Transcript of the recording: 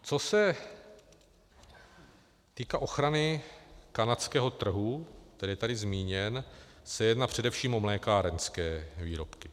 Co se týká ochrany kanadského trhu, který je tady zmíněn, tak se jedná především o mlékárenské výrobky.